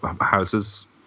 houses